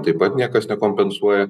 taip pat niekas nekompensuoja